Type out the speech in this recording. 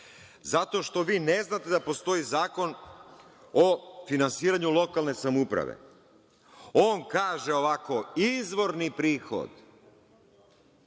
Zato što vi ne znate da postoji Zakon o finansiranju lokalne samouprave. On kaže ovako – izvorni